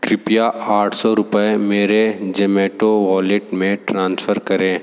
कृपया आठ सौ रुपये मेरे जेमैटो वॉलेट में ट्रांसफर करें